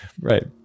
right